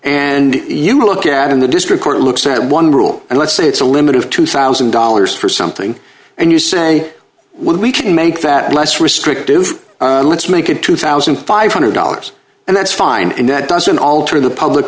and you look at in the district court looks at one rule and let's say it's a limit of two thousand dollars for something and you say when we can make that less restrictive let's make it two thousand five hundred dollars and that's fine and that doesn't alter the public